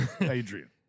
Adrian